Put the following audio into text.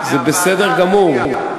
יש פעמים שהחובה הציבורית אפילו מאפילה על,